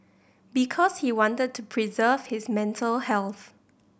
because he wanted to preserve his mental health